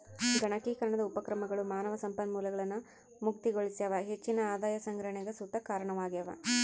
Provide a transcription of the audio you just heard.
ಗಣಕೀಕರಣದ ಉಪಕ್ರಮಗಳು ಮಾನವ ಸಂಪನ್ಮೂಲಗಳನ್ನು ಮುಕ್ತಗೊಳಿಸ್ಯಾವ ಹೆಚ್ಚಿನ ಆದಾಯ ಸಂಗ್ರಹಣೆಗ್ ಸುತ ಕಾರಣವಾಗ್ಯವ